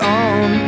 on